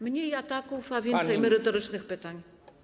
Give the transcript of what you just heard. Mniej ataków, a więcej merytorycznych pytań.